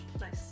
nice